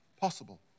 possible